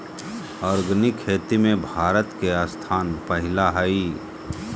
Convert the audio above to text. organic खेती में भारत के स्थान पहिला हइ